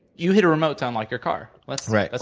you hit a remote to unlock your car. like right. ah